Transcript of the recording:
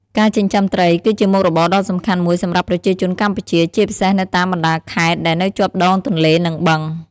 ការចិញ្ចឹមត្រី គឺជាមុខរបរដ៏សំខាន់មួយសម្រាប់ប្រជាជនកម្ពុជា ជាពិសេសនៅតាមបណ្តាខេត្តដែលនៅជាប់ដងទន្លេ និងបឹង។